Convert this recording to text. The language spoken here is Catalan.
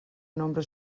nombre